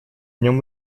нем